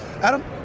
Adam